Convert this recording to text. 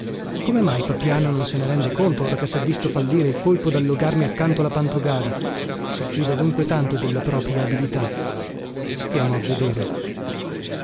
come mai papiano non se ne rende conto or che sè visto fallire il colpo dallogarmi accanto la pantogada si fida dunque tanto della propria abilità stiamo a vedere